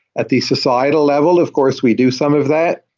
at the societal level, of course, we do some of that.